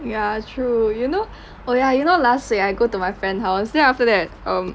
ya true you know oh ya you know last week I go to my friend house then after that um